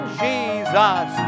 jesus